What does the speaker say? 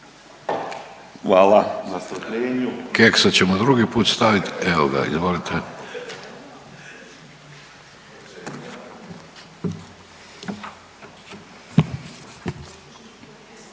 Keksa ćemo drugi put stavit, evo ga, izvolite.